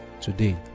today